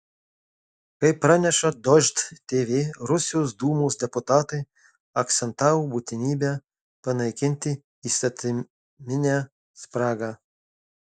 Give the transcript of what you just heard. kaip praneša dožd tv rusijos dūmos deputatai akcentavo būtinybę panaikinti įstatyminę spragą